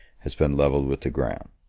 has been levelled with the ground.